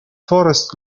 forest